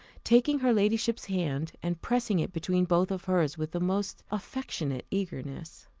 taking her ladyship's hand, and pressing it between both of hers with the most affectionate eagerness.